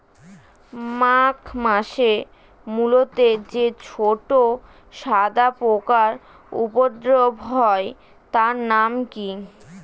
মাঘ মাসে মূলোতে যে ছোট সাদা পোকার উপদ্রব হয় তার নাম কি?